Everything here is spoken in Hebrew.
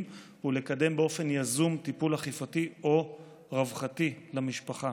ולקדם באופן יזום טיפול אכיפתי או רווחתי למשפחה.